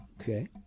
Okay